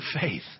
faith